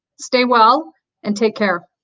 stay well and take care.